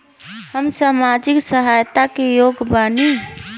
हम सामाजिक सहायता के योग्य बानी?